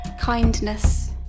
kindness